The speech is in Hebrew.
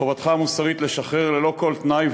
חובתך המוסרית לשחרר ללא כל תנאי,